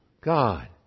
God